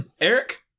Eric